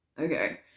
okay